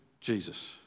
Jesus